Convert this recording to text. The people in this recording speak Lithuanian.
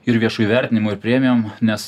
ir viešu įvertinimu ir premijom nes